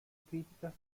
críticas